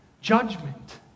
judgment